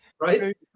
Right